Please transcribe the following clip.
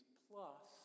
plus